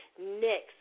next